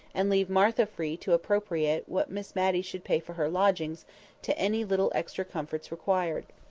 and leaving martha free to appropriate what miss matty should pay for her lodgings to any little extra comforts required.